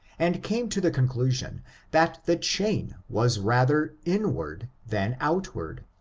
and came to the conclusion that the chain was rather inward than outward,